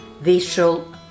visual